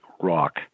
rock